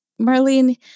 Marlene